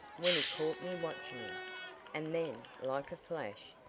when he caught me watching and then, like a flash,